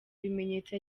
ibimenyetso